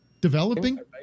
developing